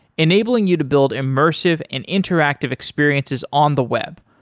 enabling you to build immersive and interactive experiences on the web,